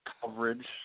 coverage